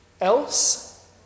Else